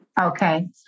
okay